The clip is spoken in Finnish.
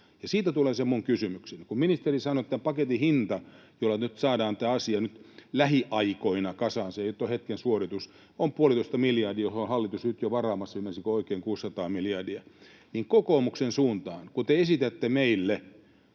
Siitä tulee se minun kysymykseni. Kun ministeri sanoi, että tämän paketin hinta, jolla saadaan tämä asia nyt lähiaikoina kasaan — se ei ole hetken suoritus — on puolitoista miljardia, mihin hallitus on nyt jo varaamassa — ymmärsinkö oikein? — 600 miljoonaa, niin kokoomuksen suuntaan: Kun te esitätte meille